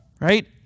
right